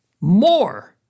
more